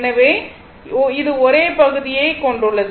எனவே இது ஒரே பகுதியைக் கொண்டுள்ளது